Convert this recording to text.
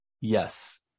yes